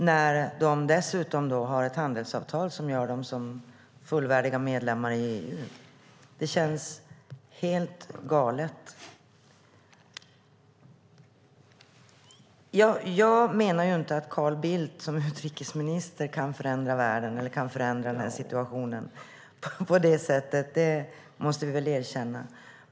Att de dessutom har ett handelsavtal som gör dem till fullvärdiga medlemmar känns helt galet. Jag menar inte att Carl Bildt som utrikesminister kan förändra världen eller den här situationen. Det måste jag erkänna.